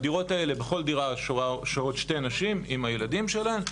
בכל דירה שוהות שתי נשים עם הילדים שלהן.